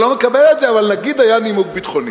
אני לא מקבל את זה, אבל נגיד היה נימוק ביטחוני.